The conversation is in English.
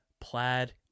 plaid